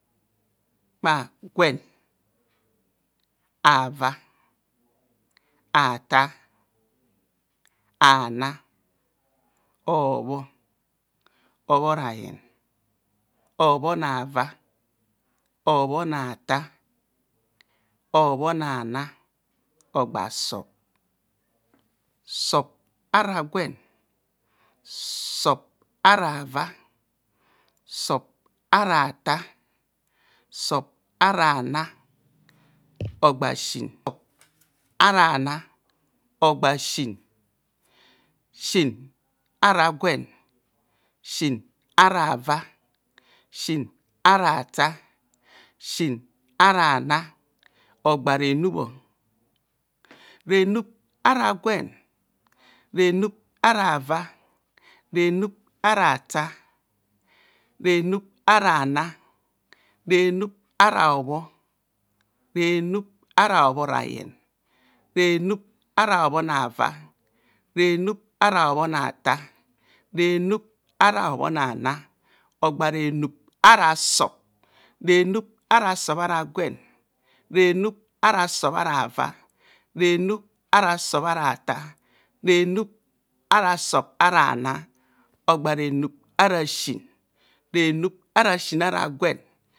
Gwen, ava, atar, anar, hobho, obhorayen obhonava obhonatar, obhonana, ogba sub, sub ara gwen, sub ara ava, sub ara tar, subara ana, ogba sin, sin ara gwen, sin ara ava, sin ara afar, sin ava ana, ogba renub, renub ara gwen, fenub ara ava, renub ara atar, renub ara anar, renub ara hobhor, renub ara hobhora yen, renub ara obhonava renub ara obhonatar, renub ara obhona ana, ogba renub ara sub, renub ara sub ara gwen renub are sub ara ava, renub ara sub aratan, renub ara sub aranam, ogba renub ara sin, renub ara sin ara gwen.